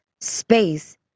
space